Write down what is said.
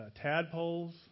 tadpoles